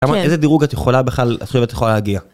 איזה דירוג את יכולה בכלל להתחיל ואת יכולה להגיע?